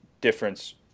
difference